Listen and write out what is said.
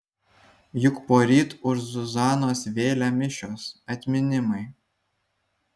juk poryt už zuzanos vėlę mišios atminimai